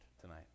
tonight